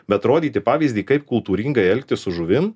bet rodyti pavyzdį kaip kultūringai elgtis su žuvim